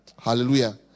Hallelujah